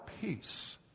peace